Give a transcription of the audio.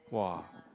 [wah]